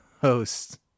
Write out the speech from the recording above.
host